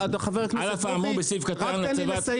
חבר הכנסת ברוכי, רק תן לי לסיים.